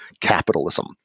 capitalism